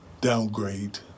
downgrade